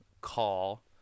call